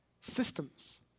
Systems